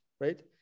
right